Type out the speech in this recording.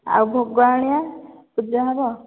ଆଉ ଭୋଗ ଆଣିବା ପୂଜା ହେବ